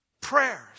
prayers